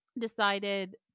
decided